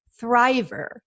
thriver